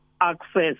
access